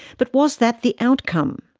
but was that the outcome?